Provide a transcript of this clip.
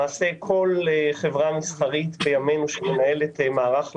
למעשה כל חברה מסחרית בימינו שמנהלת מערך לובינג,